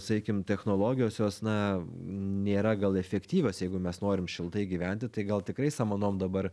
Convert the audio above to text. sakykim technologijos jos na nėra gal efektyvios jeigu mes norim šiltai gyventi tai gal tikrai samanom dabar